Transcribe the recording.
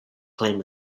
claim